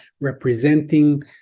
representing